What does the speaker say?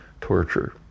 torture